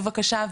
בבקשה.